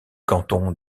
canton